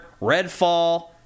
Redfall